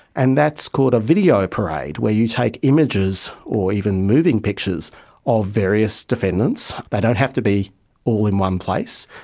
and that's called a video parade where you take images or even moving pictures of various defendants. they don't have to be all in one place.